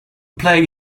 play